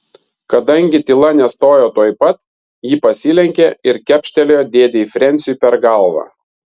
kadangi tyla nestojo tuoj pat ji pasilenkė ir kepštelėjo dėdei frensiui per galvą